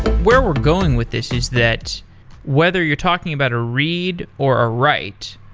where we're going with this is that whether you're talking about a read or a write,